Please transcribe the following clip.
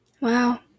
Wow